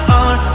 on